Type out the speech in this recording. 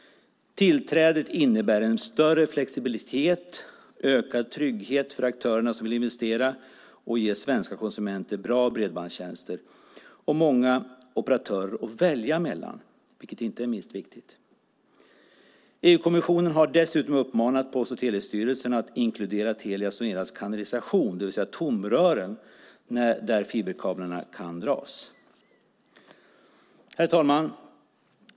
Tillträdet innebär en större flexibilitet och en ökad trygghet för de aktörer som vill investera och ge svenska konsumenter bra bredbandstjänster och många operatörer att välja mellan - det sistnämnda är inte minst viktigt. EU-kommissionen har dessutom uppmanat Post och telestyrelsen att inkludera Telia Soneras kanalisation, det vill säga tomrören där fiberkablarna kan dras. Herr talman!